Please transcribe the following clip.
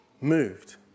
moved